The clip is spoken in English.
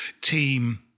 team